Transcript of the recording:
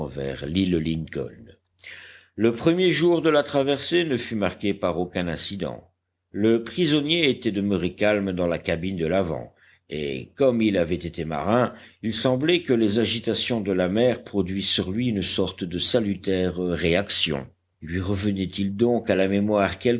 vers l'île lincoln le premier jour de la traversée ne fut marqué par aucun incident le prisonnier était demeuré calme dans la cabine de l'avant et comme il avait été marin il semblait que les agitations de la mer produisissent sur lui une sorte de salutaire réaction lui revenait-il donc à la mémoire